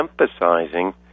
emphasizing